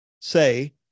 say